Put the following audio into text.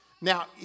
Now